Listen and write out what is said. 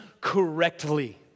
correctly